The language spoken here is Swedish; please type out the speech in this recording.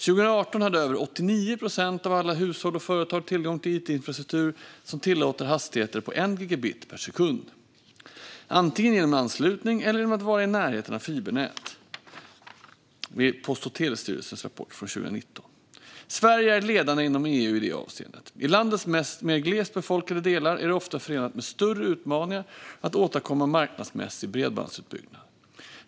År 2018 hade över 89 procent av alla hushåll och företag tillgång till it-infrastruktur som tillåter hastigheter på 1 gigabit per sekund, antingen genom en anslutning eller genom att vara i närheten av fibernät . Sverige är ledande inom EU i det avseendet. I landets mer glest befolkade delar är det ofta förenat med större utmaningar att åstadkomma marknadsmässig bredbandsutbyggnad.